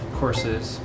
courses